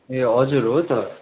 ए हजुर हो त